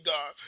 God